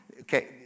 okay